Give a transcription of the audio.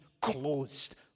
closed